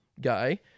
guy